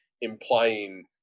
implying